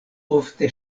ofte